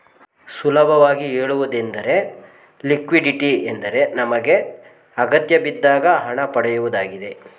ಸುಲಭವಾಗಿ ಹೇಳುವುದೆಂದರೆ ಲಿಕ್ವಿಡಿಟಿ ಎಂದರೆ ನಮಗೆ ಅಗತ್ಯಬಿದ್ದಾಗ ಹಣ ಪಡೆಯುವುದಾಗಿದೆ